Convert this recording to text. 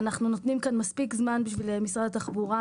אנחנו נותנים כאן מספיק זמן למשרד התחבורה,